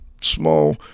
small